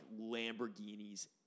Lamborghinis